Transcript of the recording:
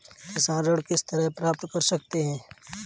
किसान ऋण किस तरह प्राप्त कर सकते हैं?